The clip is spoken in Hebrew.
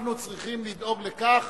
אנחנו צריכים לדאוג לכך